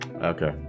Okay